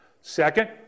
Second